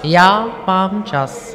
Já mám čas.